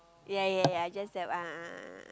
ya ya ya just that a'ah a'ah a'ah